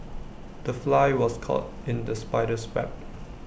the fly was caught in the spider's web